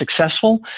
successful